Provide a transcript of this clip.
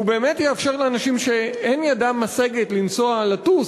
והוא באמת יאפשר לאנשים שאין ידם משגת לטוס